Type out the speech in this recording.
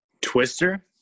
Twister